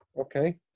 Okay